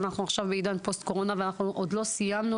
אנחנו עכשיו בעידן פוסט-קורונה ואנחנו עוד לא סיימנו